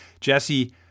Jesse